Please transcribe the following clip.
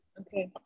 Okay